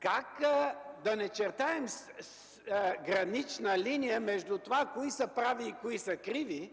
как да не чертаем гранична линия между това кои са прави и кои са криви,